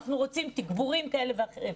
אנחנו רוצים תגבורים כאלה ואחרים.